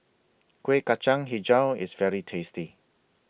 Kueh Kacang Hijau IS very tasty